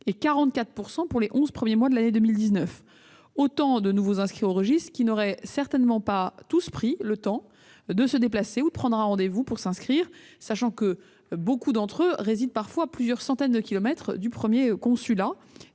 eux pour les onze premiers mois de l'année 2019, ce qui représente autant de nouveaux inscrits au registre qui n'auraient certainement pas tous pris le temps de se déplacer ou de prendre un rendez-vous pour se faire connaître, sachant que beaucoup d'entre eux résident à plusieurs centaines de kilomètres du premier consulat.